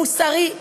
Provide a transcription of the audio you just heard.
מוסרי,